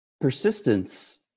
persistence